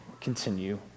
continue